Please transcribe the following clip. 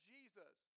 Jesus